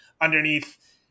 underneath